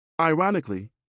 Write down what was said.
Ironically